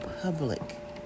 public